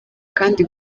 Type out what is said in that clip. kandi